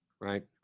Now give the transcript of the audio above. Right